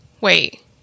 wait